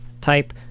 type